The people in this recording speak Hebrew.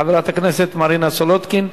חברת הכנסת מרינה סולודקין,